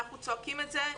אנחנו צועקים את זה,